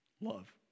love